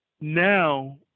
Now